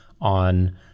on